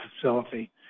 facility